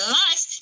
life